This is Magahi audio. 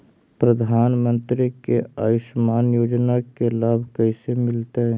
प्रधानमंत्री के आयुषमान योजना के लाभ कैसे मिलतै?